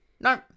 No